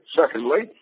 secondly